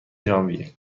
ژانویه